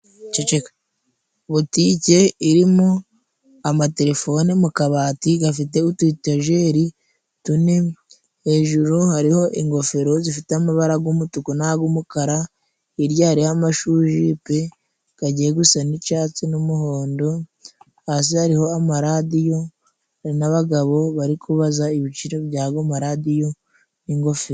Ceceka. Butike irimo amaterefone mu kabati， gafite utu etajeri tune， hejuru hariho ingofero zifite amabara g'umutuku nag'umukara，hirya hariyo amashurujipe， gagiye gusa n'icyatsi n'umuhondo，hasi hariho amaradiyo n'abagabo bari kubaza ibiciro by'ago maradiyo n'ingofero.